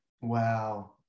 wow